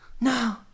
No